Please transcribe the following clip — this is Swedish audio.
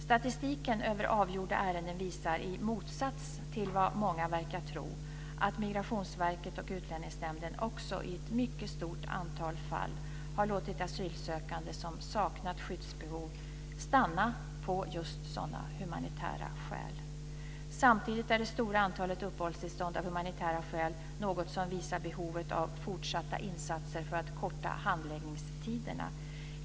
Statistiken över avgjorda ärenden visar, i motsats till vad många verkar tro, att Migrationsverket och Utlänningsnämnden också i ett mycket stort antal fall har låtit asylsökande som saknat skyddsbehov stanna av just sådana humanitära skäl. Samtidigt är det stora antalet uppehållstillstånd av humanitära skäl något som visar behovet av fortsatta insatser för att korta handläggningstiderna.